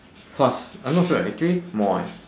plus I'm not sure uh actually more eh